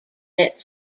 that